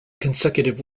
consecutive